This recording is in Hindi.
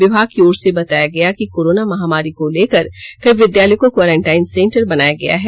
विभाग की ओर से बताया गया कि कोरोना महामारी को लेकर कई विद्यालयों को क्वारेंटाइन सेंटर बनाया गया है